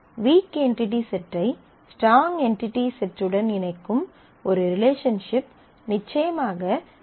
week entity செட்டை strong entity செட்டுடன் இணைக்கும் ஒரு ரிலேஷன்ஷிப் நிச்சயமாக ரிடன்டன்ட் ஆகும்